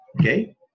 okay